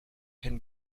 can